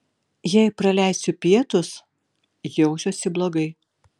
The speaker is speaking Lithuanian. jei praleisiu pietus jausiuosi blogai